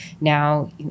now